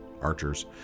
archers